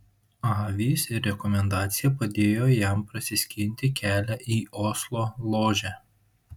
avys ir rekomendacija padėjo jam prasiskinti kelią į oslo ložę